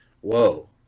whoa